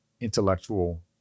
intellectual